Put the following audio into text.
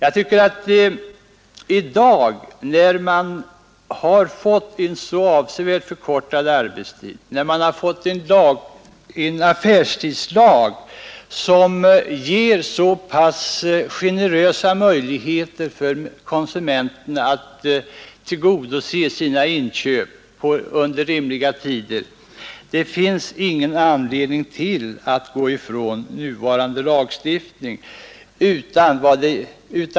I dag när arbetstiden är så avsevärt förkortad, när man har fått en affärstidslag som ger så generösa möjligheter för konsumenterna att göra sina inköp på rimliga tider, så tycker jag inte det finns någon anledning att gå ifrån nuvarande lagstiftning.